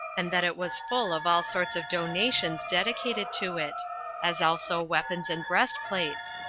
and that it was full of all sorts of donations dedicated to it as also weapons and breastplates,